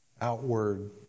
outward